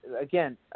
again